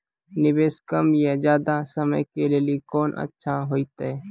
निवेश कम या ज्यादा समय के लेली कोंन अच्छा होइतै?